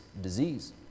disease